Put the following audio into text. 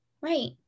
Right